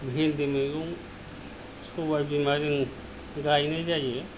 भिन्दि मैगं सबाय बिमा जों गायनाय जायो